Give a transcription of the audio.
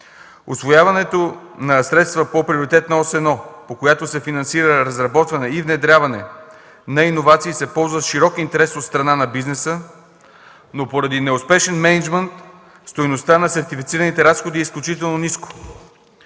Усвояването на средства по Приоритетна ос 1, по която се финансира разработване и внедряване на иновации, се ползва с широк интерес от страна на бизнеса, но поради неуспешен мениджмънт стойността на сертифицираните разходи е изключително ниска.